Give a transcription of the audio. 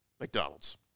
McDonald's